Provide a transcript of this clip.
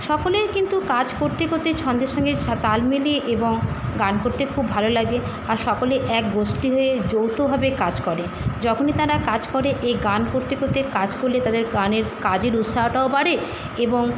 সকলের কিন্তু কাজ করতে কত্তে ছন্দের সঙ্গে তাল মিলিয়ে এবং গান করতে খুব ভালো লাগে আর সকলে এক গোষ্ঠী হয়ে যৌথভাবে কাজ করে যখনই তারা কাজ করে এ গান করতে কত্তে কাজ করলে তাদের গানের কাজের উৎসাহটাও বাড়ে এবং